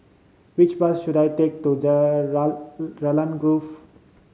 which bus should I take to Raglan Grove